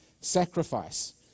sacrifice